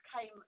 came